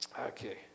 Okay